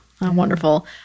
Wonderful